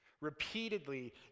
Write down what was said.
Repeatedly